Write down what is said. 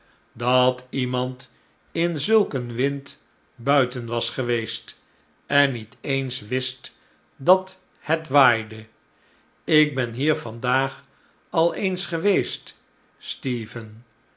dat iemand in zulk een wind buiten was geweest en niet eens wist dat het waaide ik ben hier vandaag al eens geweest stephen